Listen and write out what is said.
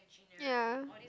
ya